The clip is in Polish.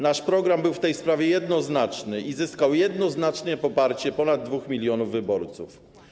Nasz program był w tej sprawie jednoznaczny i zyskał jednoznaczne poparcie ponad 2 mln wyborców.